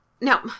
Now